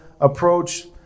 approach